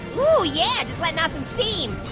oh, yeah, just letting off some steam!